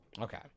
Okay